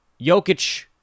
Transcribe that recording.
Jokic